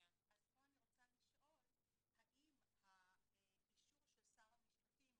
גם אם זה יהיה רק מפקח